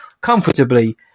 comfortably